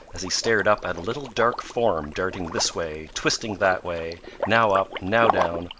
as he stared up at a little dark form darting this way, twisting that way, now up, now down,